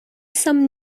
some